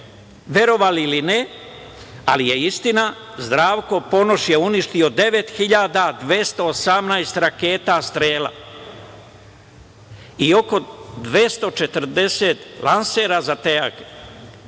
Verovali ili ne, ali je istina, Zdravko Ponoš je uništio 9.218 raketa „Strela“ i oko 240 lansera za te